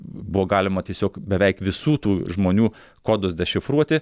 buvo galima tiesiog beveik visų tų žmonių kodus dešifruoti